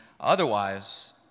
Otherwise